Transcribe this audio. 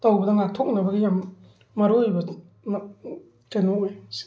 ꯇꯧꯕꯗ ꯉꯥꯛꯊꯣꯛꯅꯕꯒꯤ ꯌꯥꯝ ꯃꯔꯨꯑꯣꯏꯕ ꯀꯩꯅꯣ ꯑꯣꯏ